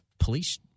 police